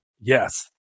Yes